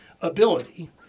ability